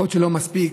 יכול להיות שלא מספיק,